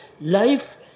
life